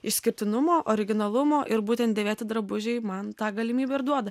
išskirtinumo originalumo ir būtent dėvėti drabužiai man tą galimybę ir duoda